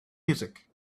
music